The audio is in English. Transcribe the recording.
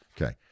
Okay